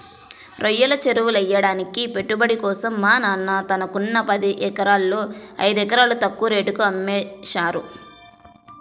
రొయ్యల చెరువులెయ్యడానికి పెట్టుబడి కోసం మా నాన్న తనకున్న పదెకరాల్లో ఐదెకరాలు తక్కువ రేటుకే అమ్మేశారు